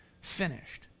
finished